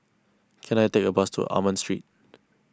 can I take a bus to Almond Street